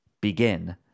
begin